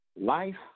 Life